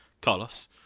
Carlos